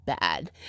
bad